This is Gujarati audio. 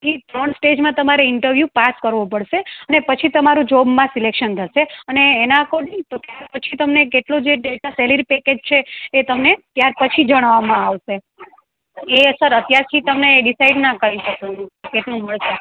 થી ત્રણ સ્ટેજમાં તમારે ઈન્ટરવ્યૂ પાસ કરવો પડશે અને પછી તમારું જોબમાં સિલેક્શન થશે અને એના અકોર્ડિંગ તો ત્યાં પછી તમને કેટલો જે ડેટા સેલેરી પેકેજ છે એ તમને ત્યાર પછી જણાવામાં આવશે એ સર અત્યારથી તમે ડિસાઈડ ના કરી શકો એનું કેટલું મળશે